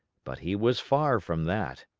but he was far from that.